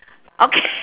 okay